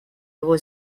его